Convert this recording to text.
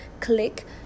click